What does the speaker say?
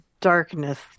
darkness